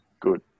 good